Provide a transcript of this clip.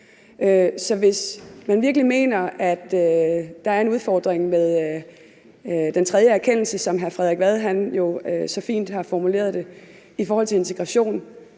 Så hvis man virkelig mener, at der er en udfordring med den tredje erkendelse, som hr. Frederik Vad jo så fint har formuleret det, i forhold til integration,